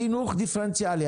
החינוך דיפרנציאלי.